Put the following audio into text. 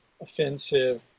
offensive